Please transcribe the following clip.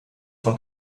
von